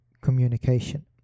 communication